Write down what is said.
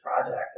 project